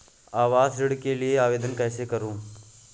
आवास ऋण के लिए आवेदन कैसे करुँ?